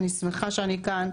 אני שמחה שאני כאן,